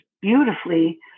beautifully